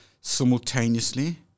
simultaneously